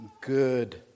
good